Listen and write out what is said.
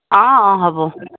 অঁ অঁ হ'ব